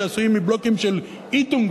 שעשויים מבלוקים של "איטונג",